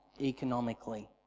economically